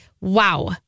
wow